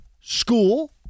school